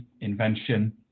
invention